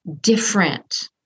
different